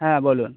হ্যাঁ বলুন